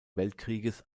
weltkrieges